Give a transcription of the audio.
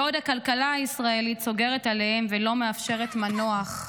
בעוד שהכלכלה הישראלית סוגרת עליהם ולא מאפשרת מנוח,